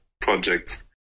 projects